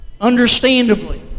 understandably